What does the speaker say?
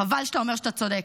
חבל שאתה אומר שאתה צודק.